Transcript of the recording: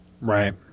right